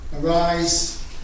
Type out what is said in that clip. arise